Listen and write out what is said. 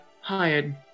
hired